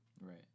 Right